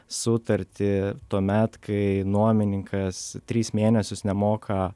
sutartį tuomet kai nuomininkas tris mėnesius nemoka